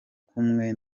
kumwe